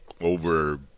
over